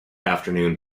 afternoon